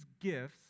gifts